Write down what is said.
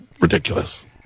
ridiculous